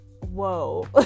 whoa